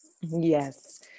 Yes